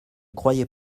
croyait